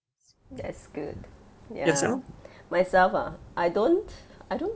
that's good ya myself ah I don't I don't